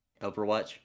Overwatch